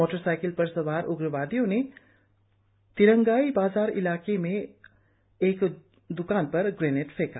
motorcycle पर सवार उग्रवादियों ने तिंगरई बाजार इलाके में एक द्कान पर ग्रेनेड फैंका